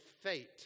fate